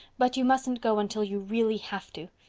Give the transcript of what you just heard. but you mustn't go until you really have to.